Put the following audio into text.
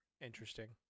interesting